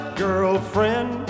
girlfriend